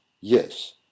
yes